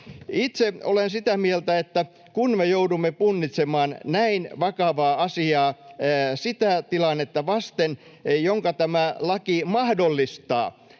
Itse olen sitä mieltä, että kun me joudumme punnitsemaan näin vakavaa asiaa sitä tilannetta vasten, jonka tämä laki mahdollistaa,